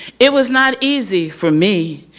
it was not easy for me,